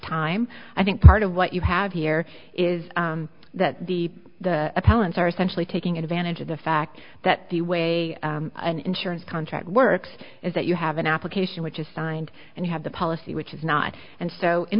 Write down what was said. time i think part of what you have here is that the opponents are essentially taking advantage of the fact that the way an insurance contract works is that you have an application which is signed and you have the policy which is not and so in